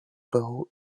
bill